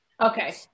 Okay